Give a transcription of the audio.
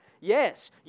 Yes